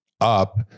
up